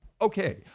Okay